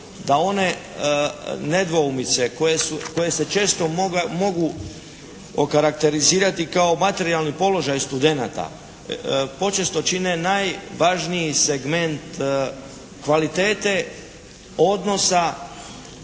da one nedoumice koje se često mogu okarakterizirati kao materijalni položaj studenata počesto čine najvažniji segment kvalitete odnosa